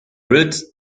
route